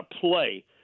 play